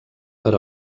per